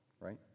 right